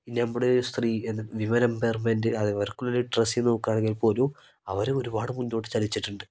പിന്നെ നമ്മുടെ സ്ത്രീ വിമൻ എമ്പവർമെൻറ് അത് ഇവർക്കുള്ള ഡ്രസ്സി നോക്കുവാണെങ്കിൽ പോലും അവർ ഒരുപാട് മുന്നോട്ട് ചലിച്ചിട്ടുണ്ട്